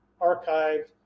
archived